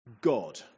God